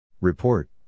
Report